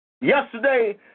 Yesterday